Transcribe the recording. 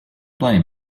blame